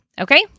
okay